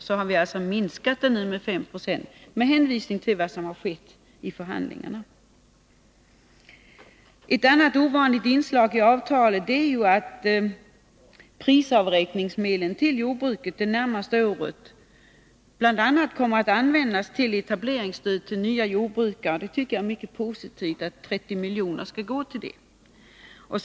Vi har alltså minskat den med 5 26 med hänvisning till vad som har skett i förhandlingarna. Ett annat ovanligt inslag i avtalet är ju att prisavräkningsmedlen till jordbruket det närmaste året bl.a. kunnat användas för etableringsstöd till nya jordbrukare. Jag tycker att det är mycket positivt att 30 milj.kr. skall gå till detta ändamål.